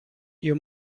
you